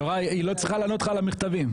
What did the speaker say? הנבואה ניתנה לשוטים,